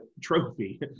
trophy